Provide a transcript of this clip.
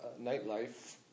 nightlife